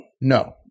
No